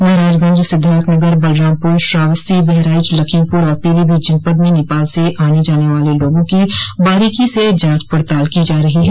महाराजगंज सिद्धार्थनगर बलरामपुर श्रावस्ती बहराइच लखीमपुर और पीलीभीत जनपद में नेपाल से आने जाने वाले लोगों की बारीकी से जांच पड़ताल की जा रही हैं